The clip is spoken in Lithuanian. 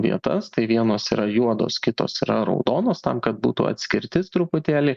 vietas tai vienos yra juodos kitos yra raudonos tam kad būtų atskirtis truputėlį